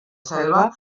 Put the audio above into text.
selva